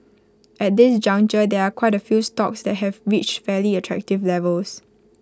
at this juncture there are quite A few stocks that have reached fairly attractive levels